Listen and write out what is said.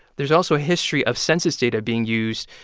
there's also a history of census data being used,